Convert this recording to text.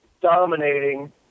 dominating